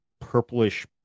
purplish